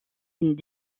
une